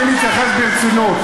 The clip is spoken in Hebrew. אני מתייחס ברצינות.